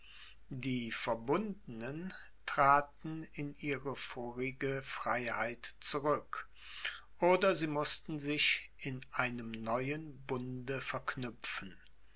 die verbundenen traten in ihre vorige freiheit zurück oder sie mußten sich in einem neuen bunde verknüpfen